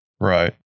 Right